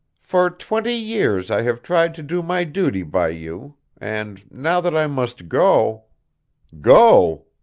for twenty years i have tried to do my duty by you, and now that i must go go?